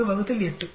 4 8 6